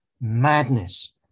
madness